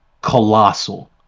colossal